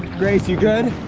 grace, you good,